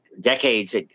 decades